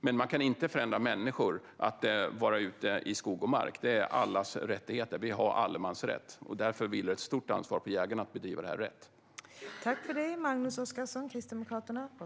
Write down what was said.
Men man kan inte förhindra människor att vara ute i skog och mark. Det är allas rättighet; vi har allemansrätt. Därför vilar ett stort ansvar på jägarna att bedriva jakt på rätt sätt.